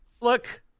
look